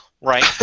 right